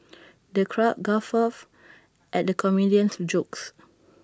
the crowd guffawed at the comedian's jokes